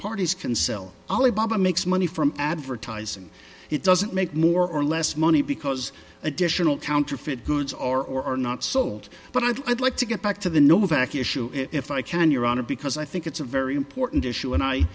parties can sell ali baba makes money from advertising it doesn't make more or less money because additional counterfeit goods are or are not sold but i'd i'd like to get back to the novak issue if i can your honor because i think it's a very important issue and i